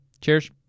Cheers